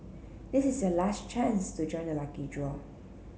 this is your last chance to join the lucky draw